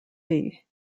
fee